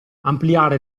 ampliare